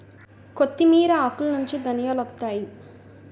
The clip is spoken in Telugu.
కొత్తిమీర ఆకులనుంచి ధనియాలొత్తాయి